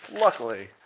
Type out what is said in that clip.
luckily